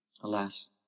Alas